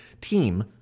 team